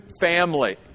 family